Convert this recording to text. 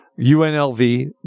UNLV